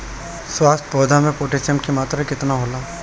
स्वस्थ पौधा मे पोटासियम कि मात्रा कितना होला?